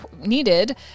needed